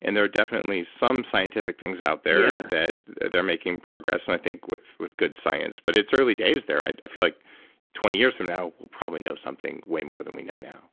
and there are definitely some scientific things out there that they're making progress, and i think with with good science. but it's early days there. i i feel like twenty years from now, we'll probably know something way more than we know now.